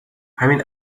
همین